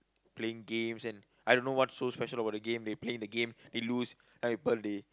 playing games and I don't know what's so special about the game they playing the game they lose other people they